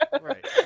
Right